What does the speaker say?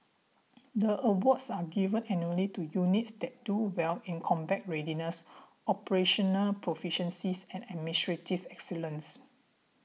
the awards are given annually to units that do well in combat readiness operational proficiencies and administrative excellence